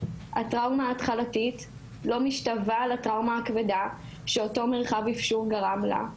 הטראומה ההתחלתית לא משתווה לטראומה הכבדה שאותו מרחב אפשור גרם לה.